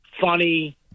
funny